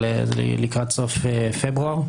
אבל זה לקראת סוף פברואר.